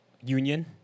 union